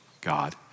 God